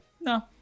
no